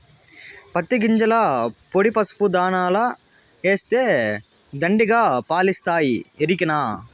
పత్తి గింజల పొడి పసుపు దాణాల ఏస్తే దండిగా పాలిస్తాయి ఎరికనా